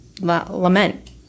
lament